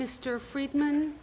mr friedman